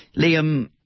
Liam